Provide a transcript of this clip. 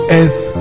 earth